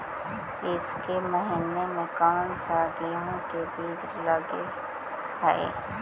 ईसके महीने मे कोन सा गेहूं के बीज लगे है?